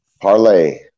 Parlay